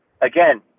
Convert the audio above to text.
Again